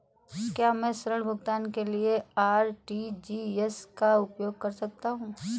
क्या मैं ऋण भुगतान के लिए आर.टी.जी.एस का उपयोग कर सकता हूँ?